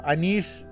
Anish